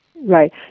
Right